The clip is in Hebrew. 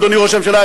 אדוני ראש הממשלה,